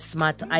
Smart